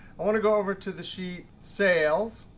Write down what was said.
i want to go over to the sheet sales,